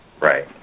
right